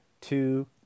two